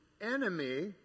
enemy